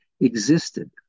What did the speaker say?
existed